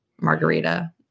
margarita